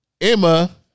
Emma